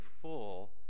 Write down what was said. full